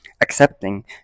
accepting